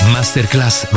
Masterclass